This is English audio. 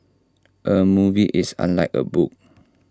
A movie is unlike A book